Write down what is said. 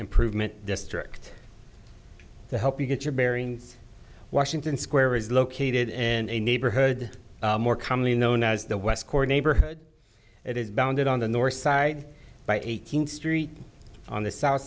improvement district to help you get your bearings washington square is located in a neighborhood more commonly known as the west court neighborhood it is bounded on the north side by eighteenth street on the south